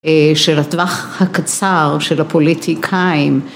‫של הטווח הקצר של הפוליטיקאים.